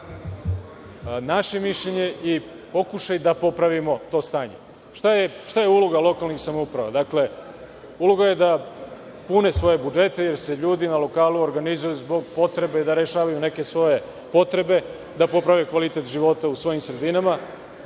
naše mišljenje i pokušaj da popravimo to stanje. Šta je uloga lokalnih samouprava? Uloga je da pune svoje budžete, jer se ljudi na lokalu organizuju zbog potrebe da rešavaju svoje potrebe, da poprave kvalitet života u svojim sredinama,